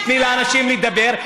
תיתני לאנשים לדבר.